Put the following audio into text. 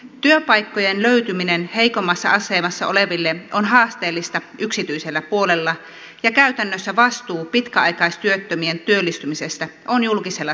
työpaikkojen löytyminen heikommassa asemassa oleville on haasteellista yksityisellä puolella ja käytännössä vastuu pitkäaikaistyöttömien työllistymisestä on julkisella sektorilla